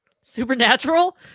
Supernatural